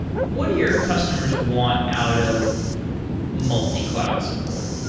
what do your customers want out of multi-cloud support?